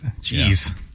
Jeez